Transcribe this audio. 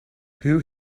who